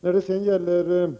När det gäller